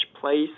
place